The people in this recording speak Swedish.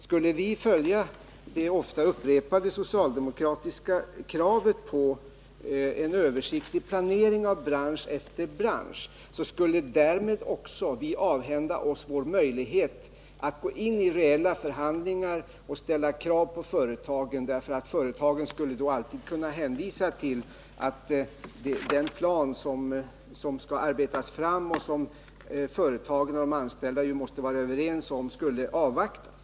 Skulle vi följa det ofta upprepade socialdemokratiska kravet på en översiktlig planering av bransch efter bransch, skulle vi därmed också avhända oss möjligheten att gå in i reella förhandlingar och ställa krav på företagen, eftersom företagen då alltid skulle kunna hänvisa till att den plan som skall arbetas fram och som företagen och de anställda ju måste vara överens om först måste avvaktas.